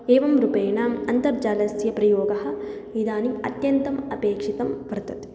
एवं रूपेण अन्तर्जालस्य प्रयोगः इदानीम् अत्यन्तम् अपेक्षितं वर्तते